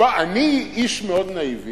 תשמע, אני איש מאוד נאיבי,